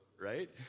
right